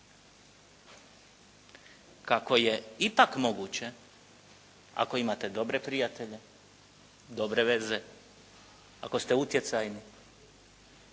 Kako je ipak moguće ako imate dobre prijatelje, dobre veze, ako ste utjecajni,